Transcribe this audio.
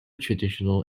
traditional